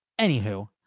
Anywho